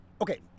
okay